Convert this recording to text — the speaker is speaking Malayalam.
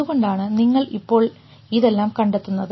അതുകൊണ്ടാണ് നിങ്ങൾ ഇപ്പോൾ ഇതെല്ലാം കണ്ടെത്തുന്നത്